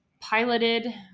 piloted